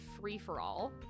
free-for-all